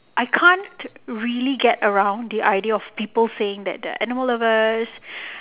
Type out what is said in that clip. I can't really get around the idea of people saying that they are animal lovers